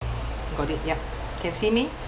got it ya can see me